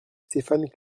stéphane